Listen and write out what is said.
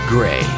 Gray